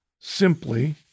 simply